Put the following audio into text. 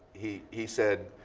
he he said,